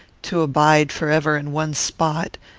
to abide forever in one spot,